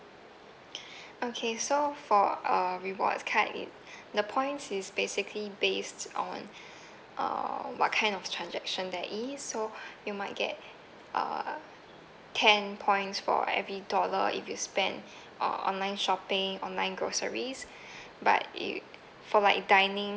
okay so for uh rewards card it the points is basically based on uh what kind of transaction there is so you might get uh ten points for every dollar if you spend online shopping online groceries but it for like dining